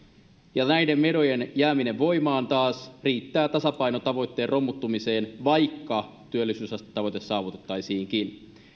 jo näiden menojen jääminen voimaan taas riittää tasapainotavoitteen romuttumiseen vaikka työllisyysastetavoite saavutettaisiinkin